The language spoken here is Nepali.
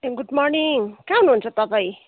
ए गुड मर्निङ कहाँ हुनुहुन्छ तपाईँ